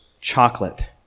chocolate